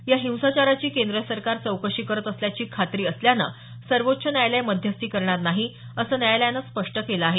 या हिंसाचाराची केंद्र सरकार चौकशी करत असल्याची खात्री असल्यानं सर्वोच्च न्यायालय मध्यस्थी करणार नाही असं न्यायालयानं स्पष्ट केलं आहे